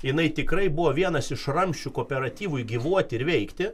jinai tikrai buvo vienas iš ramsčių kooperatyvui gyvuoti ir veikti